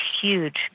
huge